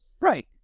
Right